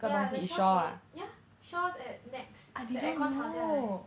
yeah it's Shaw theat~ yeah Shaw's at Nex the aircon 塌下来